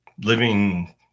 living